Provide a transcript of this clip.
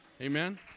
Amen